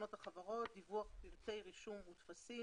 לתקנות החברות (דיווח פרטי רישום וטפסים),